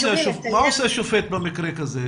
מה עושה שופט במקרה כזה?